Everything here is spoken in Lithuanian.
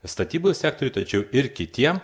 statybų sektoriuje tačiau ir kitiem